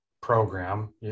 program